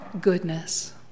goodness